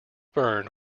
burned